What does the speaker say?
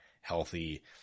healthy